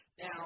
Now